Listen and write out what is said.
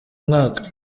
mwaka